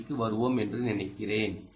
8 க்கு வருவோம் என்று நினைக்கிறேன்